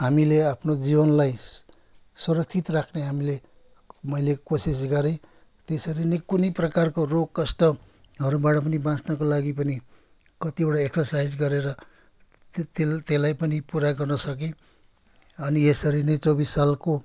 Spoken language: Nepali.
हामीेले आफ्नो जीवनलाई सुरक्षित राख्ने हामीले मैले कोसिस गरेँ त्यसरी नै कुनै प्रकारको रोगकष्टहरूबाट बाँच्नको लागि पनि कतिवटा एक्सरसाइज गरेर ते त्यस त्यसलाई पनि पुरा गर्नसकेँ अनि यसरी नै चौबिस सालको